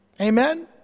Amen